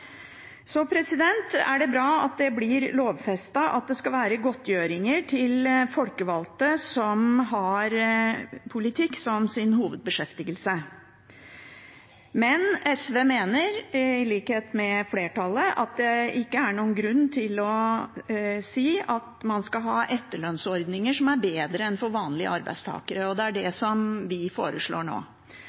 Så er det bra at det blir lovfestet at det skal være godtgjøringer til folkevalgte som har politikk som sin hovedbeskjeftigelse. Men SV mener, i likhet med flertallet, at det ikke er noen grunn til å si at man skal ha etterlønnsordninger som er bedre enn for vanlige arbeidstakere. Det er det vi foreslår nå.